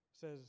says